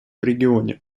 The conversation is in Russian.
регионе